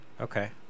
okay